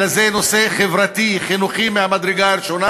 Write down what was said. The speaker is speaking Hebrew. אלא זה נושא חברתי-חינוכי מהמדרגה הראשונה,